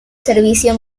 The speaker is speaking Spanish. servicio